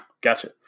Gotcha